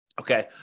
Okay